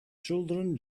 children